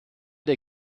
der